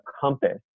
compass